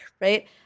right